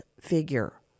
figure